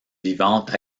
vivante